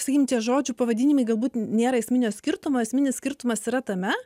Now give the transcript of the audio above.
sakykim čia žodžių pavadinimai galbūt nėra esminio skirtumo esminis skirtumas yra tame